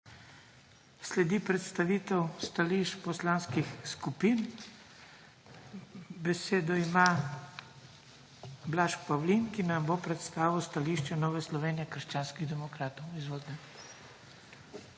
Sledi predstavitev stališče poslanskih skupin. Besedo ima Blaž Pavlin, ki nam bo predstavil stališče Nove Slovenije – krščanskih demokratov. Izvolite.